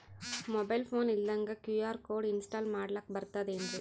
Mobile phone ಇಲ್ದಂಗ QR code install ಮಾಡ್ಲಕ ಬರ್ತದೇನ್ರಿ?